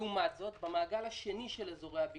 לעומת זה, במעגל השני של אזורי הביקוש,